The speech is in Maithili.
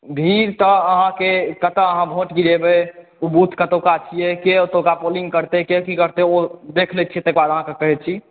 भीड़ तऽ अहाँके कतय अहाँ वोट गिरेबै ओ बूथ कतुका छियै के ओतुका पोलिंग करतै के की करतै ओ देख लै छियै तकर बाद अहाँकेॅं कहै छी